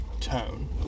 tone